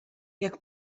jak